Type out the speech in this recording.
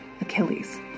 Achilles